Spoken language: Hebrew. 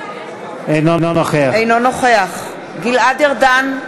אינו נוכח גלעד ארדן,